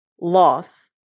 loss